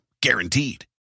Guaranteed